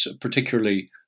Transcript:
particularly